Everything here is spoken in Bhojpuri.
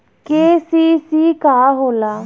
के.सी.सी का होला?